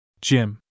Jim